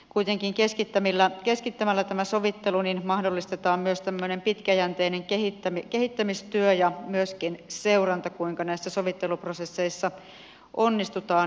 kuitenkin keskittämällä tämä sovittelu mahdollistetaan myös tämmöinen pitkäjänteinen kehittämistyö ja myöskin seuranta kuinka näissä sovitteluprosesseissa onnistutaan